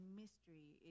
mystery